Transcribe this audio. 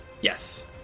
Yes